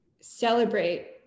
celebrate